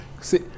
See